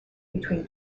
between